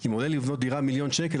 אם עולה לבנות דירה מיליון שקל,